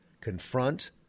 confront